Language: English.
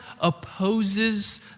opposes